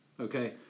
Okay